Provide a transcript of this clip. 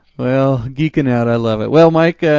well, geeking out, i love it. well mike,